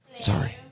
Sorry